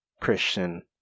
Christian